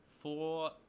four